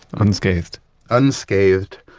unscathed unscathed!